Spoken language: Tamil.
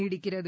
நீடிக்கிறது